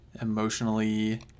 emotionally